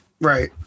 Right